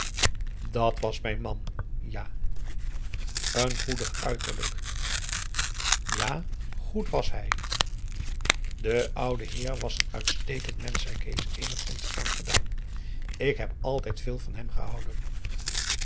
dat was mijn man ja n goedig uiterlijk ja goed was hij de oude heer was een uitstekend mensch zei kees eenigszins aangedaan ik heb altijd veel van hem gehouden